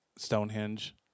Stonehenge